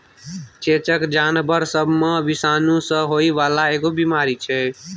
चेचक जानबर सब मे विषाणु सँ होइ बाला एगो बीमारी छै